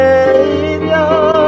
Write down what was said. Savior